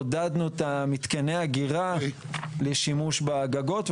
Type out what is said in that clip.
עודדנו את מתקני האגירה לשימוש בגגות,